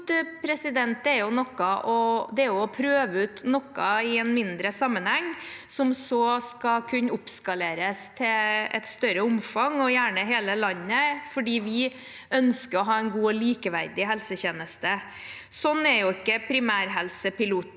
en pilot er å prøve ut noe i en mindre sammenheng, som så skal kunne oppskaleres til et større omfang – gjerne hele landet – fordi vi ønsker å ha en god og likeverdig helsetjeneste. Slik er dessverre ikke primærhelsepilotene